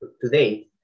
today